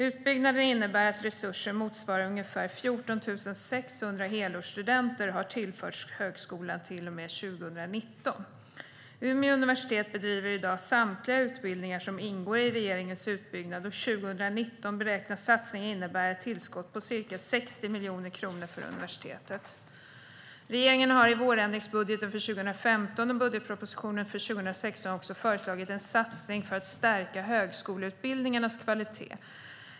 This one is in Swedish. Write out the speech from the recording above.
Utbyggnaden innebär att resurser motsvarande ungefär 14 600 helårsstudenter har tillförts högskolan 2019. Umeå universitet bedriver i dag samtliga utbildningar som ingår i regeringens utbyggnad, och 2019 beräknas satsningen innebära ett tillskott på ca 60 miljoner kronor för universitetet. Regeringen har i vårändringsbudgeten för 2015 och budgetpropositionen för 2016 också föreslagit en satsning för att stärka högskoleutbildningarnas kvalitet.